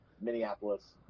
Minneapolis